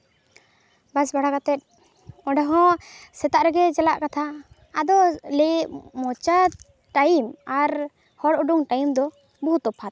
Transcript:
ᱵᱟᱥ ᱵᱷᱟᱲᱟ ᱠᱟᱛᱮ ᱚᱸᱰᱮ ᱦᱚᱸ ᱥᱮᱛᱟᱜ ᱨᱮᱜᱮ ᱪᱟᱞᱟᱜ ᱠᱟᱛᱷᱟ ᱟᱫᱚ ᱞᱟᱹᱭᱮᱫ ᱢᱚᱪᱟ ᱴᱟᱭᱤᱢ ᱟᱨ ᱦᱚᱲ ᱩᱰᱩᱝ ᱴᱟᱭᱤᱢ ᱫᱚ ᱵᱚᱦᱩ ᱛᱚᱯᱷᱟᱛ